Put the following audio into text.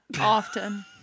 Often